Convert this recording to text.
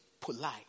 polite